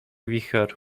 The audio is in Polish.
wicher